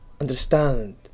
understand